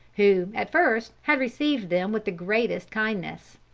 who at first had received them with the greatest kindness.